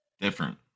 different